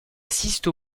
assiste